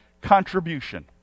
contribution